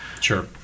Sure